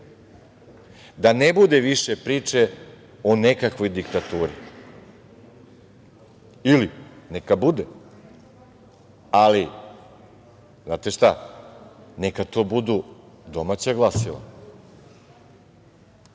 Da ne bude više priče o nekakvoj diktaturi ili neka bude, ali, znate šta, neka to budu domaća glasila,